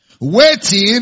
Waiting